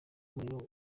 umuriro